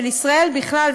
של ישראל בכלל,